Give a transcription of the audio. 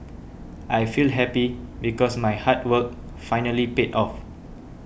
I feel happy because my hard work finally paid off